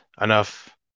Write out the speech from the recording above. enough